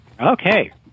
Okay